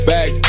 Back